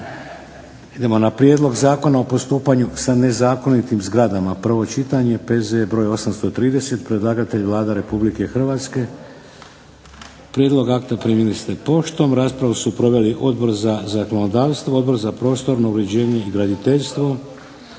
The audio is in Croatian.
Idemo na - Prijedlog zakona o postupanju s nezakonitim zgradama, prvo čitanje, P.Z. br. 830. Predlagatelj Vlada Republike Hrvatske. Prijedlog akta primili ste poštom, raspravu su proveli odbor za zakonodavstvo, Odbor za prostorno uređenje i graditeljstvo,